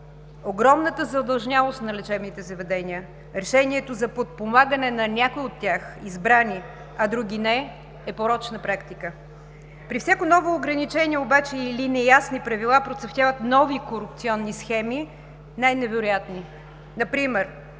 Огромната задлъжнялост на лечебните заведения, решението за подпомагане на някои от тях – избрани, а други – не, е порочна практика. При всяко ново ограничение обаче или неясни правила процъфтяват нови корупционни схеми, най-невероятни,